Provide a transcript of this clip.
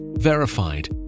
verified